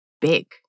big